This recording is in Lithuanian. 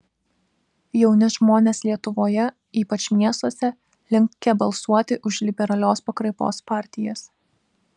jauni žmonės lietuvoje ypač miestuose linkę balsuoti už liberalios pakraipos partijas